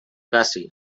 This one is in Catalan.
passi